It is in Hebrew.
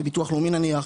בביטוח לאומי נניח,